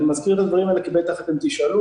אני מזכיר את הדברים האלה כי בטח אתם תשאלו.